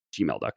gmail.com